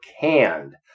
canned